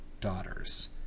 daughters